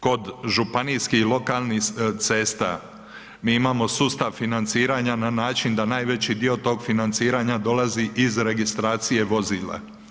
Kod županijskih i lokalnih cesta mi imamo sustav financiranja na način da najveći dio tog financiranja dolazi iz registracije vozila.